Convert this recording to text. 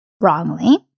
wrongly